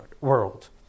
world